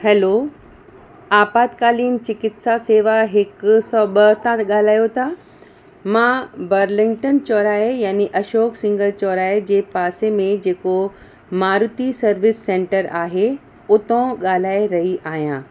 hello आपातकालीन चिकित्सा सेवा हिक सौ ॿ तां ॻाल्हायो था मां बर्लिंटन चौराहे यानि अशोक सिंगर चौराहे जे पासे में जेको मारुति सर्विस सेंटर आहे उतां ॻाल्हाए रही आहियां